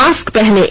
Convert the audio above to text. mask पहनें